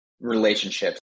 relationships